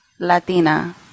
Latina